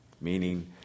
meaning